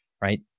right